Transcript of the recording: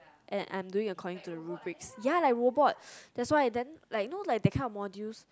and I am doing according to the rubric ya like robot that why then like you know like that kind of modules